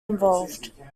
involved